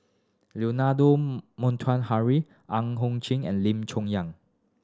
Leonard Montague Harrod Ang Hiong Chiok and Lim Chong Yah